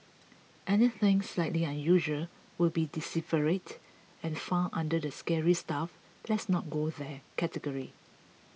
anything slightly unusual will be deciphered and filed under the scary stuff let's not go there category